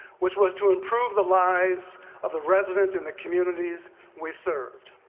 which was to improve the lives of the residents, in the communities we served.